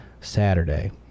Saturday